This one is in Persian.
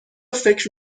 فکر